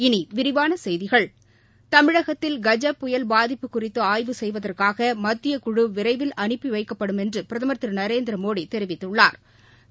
இனிவிரிவானசெய்திகள் தமிழகத்தில் கஜ புயல் பாதிப்பு குறித்துஆய்வு செய்வதற்காகமத்திய விரைவில் முழு அனுப்பிவைக்கப்படுமென்றுபிரதமா் திருநரேந்திரமோடிதெரிவித்துள்ளாா்